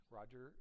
Roger